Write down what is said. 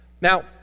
Now